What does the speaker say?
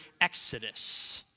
exodus